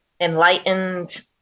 enlightened